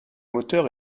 moteur